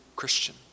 Christian